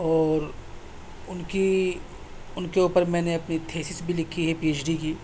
اور ان کی ان کے اوپر میں نے اپنی تھیسس بھی لکھی ہے پی ایچ ڈی کی